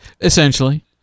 Essentially